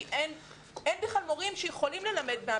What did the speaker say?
כי אין בכלל מורים שיכולים ללמד בזום?